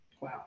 Wow